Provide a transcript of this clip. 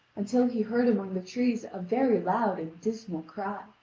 until he heard among the trees a very loud and dismal cry,